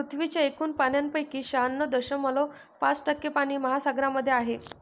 पृथ्वीच्या एकूण पाण्यापैकी शहाण्णव दशमलव पाच टक्के पाणी महासागरांमध्ये आहे